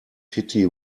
petty